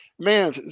Man